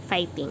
Fighting